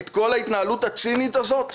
את כל ההתנהלות הצינית הזאת?